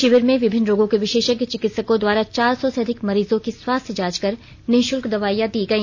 शिविर में विभिन्न रोगों के विशेषज्ञ चिकित्सकों द्वारा चार सौ से अधिक मरीजों की स्वास्थ्य जांच कर निश्ल्क दवाईयां दी गई